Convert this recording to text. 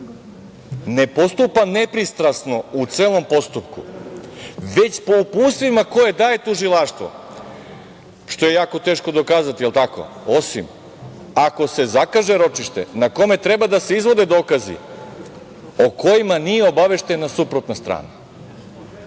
ne postupa nepristrasno u celom postupku, već po uputstvima koja daje tužilaštvo, što je jako teško dokazati, jel tako, osim ako se zakaže ročište na kome treba da se izvode dokazi o kojima nije obaveštena suprotna strana. Ne